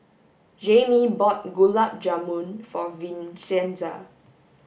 Jaime bought Gulab Jamun for Vincenza